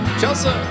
Chelsea